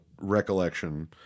recollection